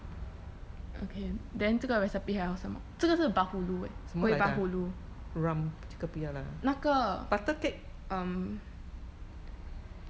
then 这个 recipe 还要什么这个是 bahulu eh kuih bahulu 那个 um